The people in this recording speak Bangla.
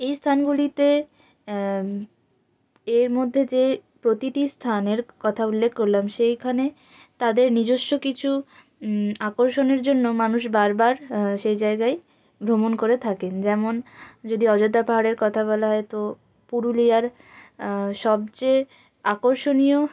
এই স্থানগুলিতে এর মধ্যে যে প্রতিটি স্থানের কথা উল্লেখ করলাম সেইখানে তাদের নিজস্ব কিছু আকর্ষণের জন্য মানুষ বারবার সেই জায়গায় ভ্রমণ করে থাকেন যেমন যদি অযোধ্যা পাহাড়ের কথা বলা হয় তো পুরুলিয়ার সবচেয়ে আকর্ষণীয়